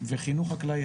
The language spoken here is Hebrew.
וחינוך חקלאי,